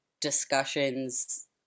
discussions